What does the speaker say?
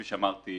כפי שאמרתי,